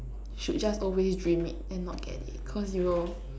should just always dream it and not get it cause you will